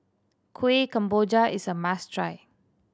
Kuih Kemboja is a must try